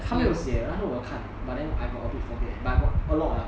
它没有写然后我有看 but then I got a bit forget ah but got a lot ah